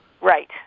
Right